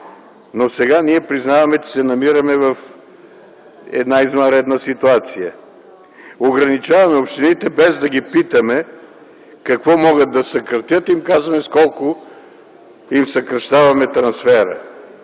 Но сега ние признаваме, че се намираме в една извънредна ситуация – ограничаваме общините без да ги питаме какво могат да съкратят, казваме им с колко им съкращаваме трансфера